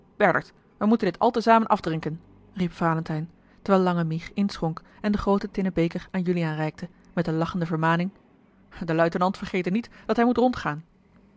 wij moeten dit al te zamen afdrinken riep valentijn terwijl lange mich inschonk en den grooten tinnen beker aan juliaan reikte met de lachende vermaning de luitenant vergete niet dat hij moet rondgaan